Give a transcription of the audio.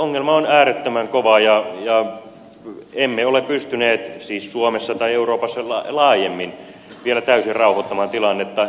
ongelma on äärettömän kova ja emme ole pystyneet siis suomessa tai euroopassa laajemmin vielä täysin rauhoittamaan tilannetta